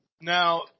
Now